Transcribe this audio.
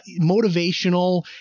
motivational